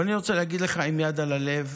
אבל אני רוצה להגיד לך, עם יד על הלב,